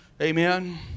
Amen